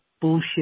bullshit